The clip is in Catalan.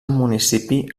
municipi